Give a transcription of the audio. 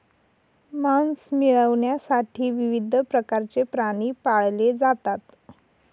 मांस मिळविण्यासाठी विविध प्रकारचे प्राणी पाळले जातात